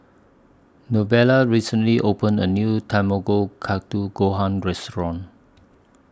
Novella recently opened A New Tamago Katu Gohan Restaurant